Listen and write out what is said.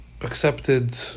accepted